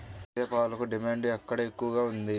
గేదె పాలకు డిమాండ్ ఎక్కడ ఎక్కువగా ఉంది?